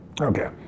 Okay